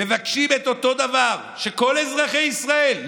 מבקשים את אותם דברים שכל אזרחי ישראל,